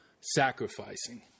sacrificing